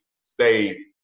stay